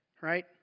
Right